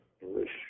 English